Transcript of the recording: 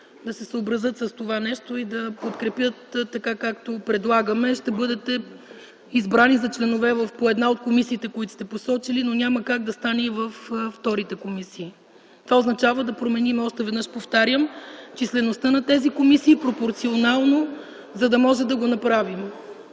да се съобразят с това нещо и да подкрепят това, което предлагаме. Ще бъдете избрани за членове в по една от комисиите, които сте посочили, но няма как да стане и във вторите комисии. Защото това означава да променим, още веднъж повтарям, числеността на тези комисии пропорционално, за да можем да го направим.